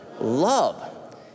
love